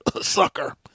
sucker